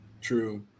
True